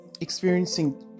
experiencing